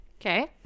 Okay